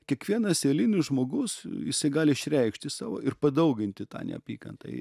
kiekvienas eilinis žmogus jisai gali išreikšti savo ir padauginti tą neapykantą į